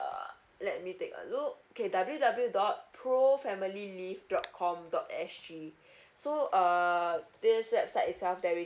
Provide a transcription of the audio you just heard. err let me take a look okay w w dot pro family live dot com dot S G so uh this website itself there is